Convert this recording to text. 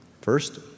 First